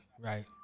right